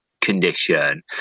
condition